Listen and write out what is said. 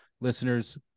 listeners